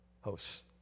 hosts